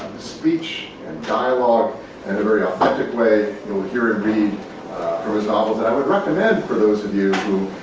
speech and dialogue and a very authentic way. and we'll hear him read from his novels. and i would recommend, for those of you who,